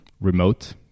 remote